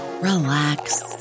relax